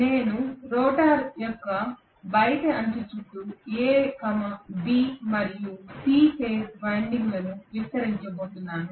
నేను రోటర్ యొక్క బయటి అంచు చుట్టూ A B మరియు C ఫేజ్ వైండింగ్లను విస్తరించబోతున్నాను